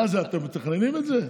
מה זה, אתם מתכננים את זה?